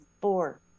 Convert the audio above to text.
four